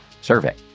survey